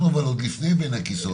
אנחנו עוד לפני בין הכיסאות,